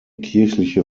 kirchliche